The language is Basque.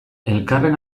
elkarren